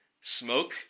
smoke